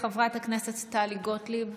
חברת הכנסת טלי גוטליב,